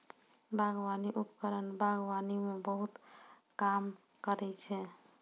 बागबानी उपकरण बागबानी म बहुत काम करै छै?